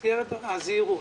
במסגרת הזהירות,